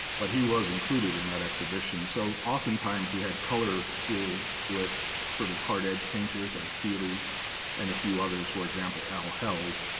but he was included in that exhibition. so oftentimes, you had color school with sort of hard-edge painters, like feeley and a few others, for example, al held.